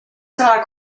sala